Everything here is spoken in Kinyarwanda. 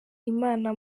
imana